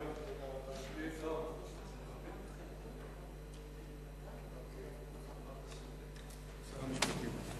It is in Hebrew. ההצעה להעביר את הנושא לוועדה שתקבע ועדת הכנסת נתקבלה.